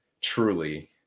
truly